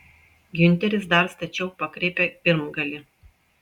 giunteris dar stačiau pakreipė pirmgalį